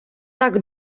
так